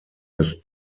des